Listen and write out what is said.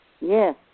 Yes